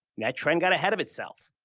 that trend got ahead of itself,